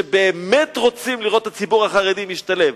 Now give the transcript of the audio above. שבאמת רוצים לראות את הציבור החרדי משתלב,